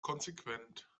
konsequent